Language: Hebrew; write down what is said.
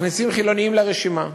מכניסים חילונים לרשימה.